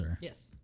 Yes